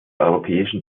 europäischen